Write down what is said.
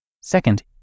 Second